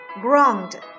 ground